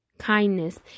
kindness